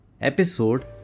episode